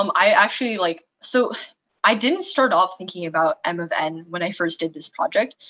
um i actually, like so i didn't start off thinking about m of n when i first did this project.